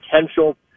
potential